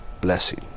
blessing